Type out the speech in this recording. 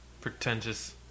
Pretentious